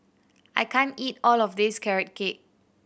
I can't eat all of this Carrot Cake